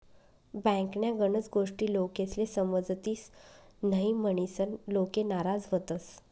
बँकन्या गनच गोष्टी लोकेस्ले समजतीस न्हयी, म्हनीसन लोके नाराज व्हतंस